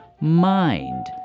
mind